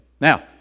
Now